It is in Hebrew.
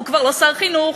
הוא כבר לא שר חינוך.